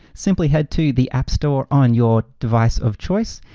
simply head to the app store on your device of choice,